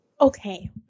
Okay